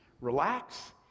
Relax